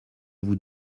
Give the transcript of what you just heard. vous